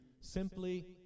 simply